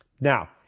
now